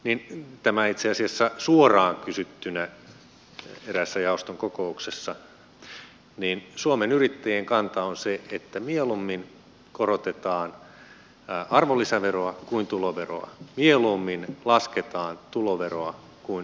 ei tämä itse asiassa suoraan kysyttynä eräässä jaoston kokouksessa niin suomen yrittäjien kanta on se että mieluummin korotetaan arvonlisäveroa kuin tuloveroa mieluummin lasketaan tuloveroa kuin arvonlisäveroa